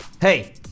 hey